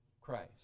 Christ